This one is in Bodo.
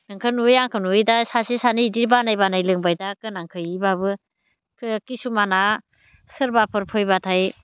नोंखौ नुयै आंखौ नुयै दा सासे सानै बिदि बानाय बानाय लोंबाय दा गोनां गोयैबाबो किसुमाना सोरबाफोर फैबाथाय